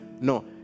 No